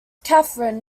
catherine